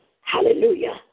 Hallelujah